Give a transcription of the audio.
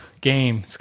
game